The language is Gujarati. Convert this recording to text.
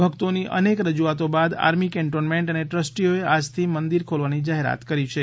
ભક્તોની અનેક રજૂઆતો બાદ આર્મી કેન્ટોન્મેન્ટ અને ટ્રસ્ટીઓએ આજથી મંદિર ખોલવાની જાહેરાત કરી છે